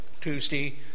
Tuesday